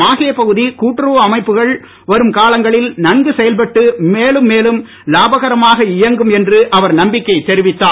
மாஹே பகுதி கூட்டுறவு அமைப்புகள் வரும் காலங்களில் நன்கு செயல்பட்டு மென்மேலும் லாபகரமாக இயங்கும் என்று அவர் நம்பிக்கை தெரிவித்துள்ளார்